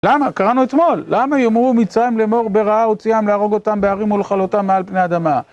למה? קראנו אתמול. למה יאמרו מצרים לאמור ברעה הוציאם להרוג אותם בערים ולכלותם מעל פני אדמה?